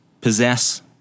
possess